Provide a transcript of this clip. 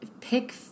pick